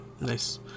Nice